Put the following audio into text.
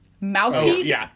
Mouthpiece